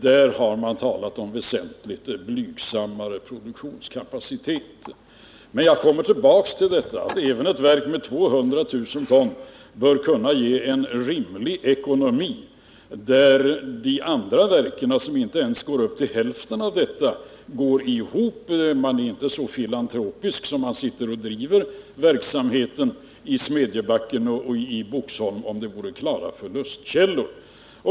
Där har man talat om väsentligt blygsammare produktionskapacitet. Men jag kommer tillbaka till detta att även ett verk med produktionskapaciteten 200 000 ton bör kunna ge en rimlig ekonomi, när de andra verken som inte ens når upp till hälften av denna kapacitet går ihop. Man är inte så filantropisk att man skulle driva verksamheten i Smedjebacken och Boxholm om de vore klara förlustkällor.